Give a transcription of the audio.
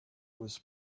was